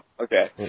Okay